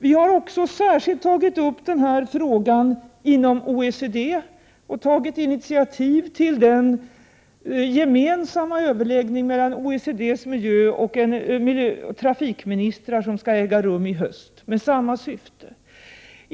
Vi har också särskilt tagit upp denna fråga inom OECD och tagit initiativ till den gemensamma överläggningen mellan OECD:s miljöoch trafikministrar som skall äga rum i höst med samma syfte.